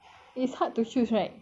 it's hard to choose right